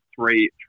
three